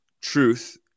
truth